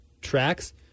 tracks